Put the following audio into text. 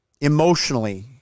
emotionally